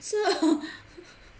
是 hor